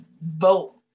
vote